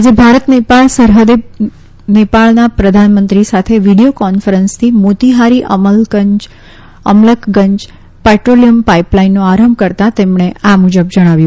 આજે ભારત નેપાળ સરહદે નેપાળના પ્રધાનમંત્રી સાથે વીડીયો કોન્ફરન્સથી મોતીહારી અમલકગંજ પેટ્રોલિયમ પાઇપલાઇનનો આરંભ કરતાં તેમણે આ મુજબ જણાવ્યું